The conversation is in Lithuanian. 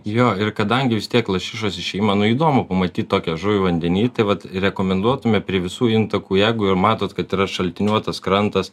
jo ir kadangi vis tiek lašišos išėjimą nu įdomu pamatyt tokią žuvį vandeny tai vat rekomenduotume prie visų intakų jeigu matot kad yra šaltiniuotas krantas